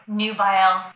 nubile